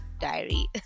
Diary